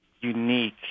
unique